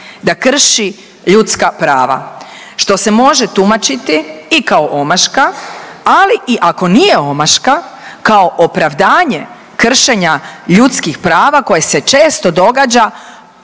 da krši ljudska prava što se može tumačiti i kao omaška, ali i ako nije omaška kao opravdanje kršenja ljudskih prava koje se često događa